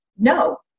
No